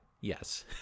yes